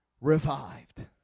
revived